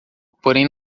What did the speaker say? porém